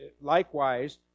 Likewise